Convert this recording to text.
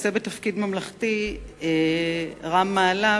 נושא בתפקיד ממלכתי רם מעלה,